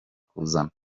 kuzana